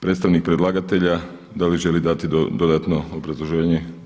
Predstavnik predlagatelja, da li želi dati dodatno obrazloženje?